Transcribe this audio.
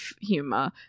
humor